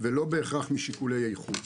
ולא בהכרח משיקולי איכות.